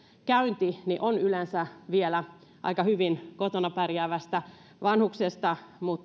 käynti niin on yleensä kyse vielä aika hyvin kotona pärjäävästä vanhuksesta